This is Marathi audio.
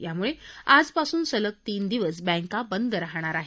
यामुळे आजपासून सलग तीन दिवस बँका बंद राहणार आहेत